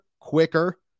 quicker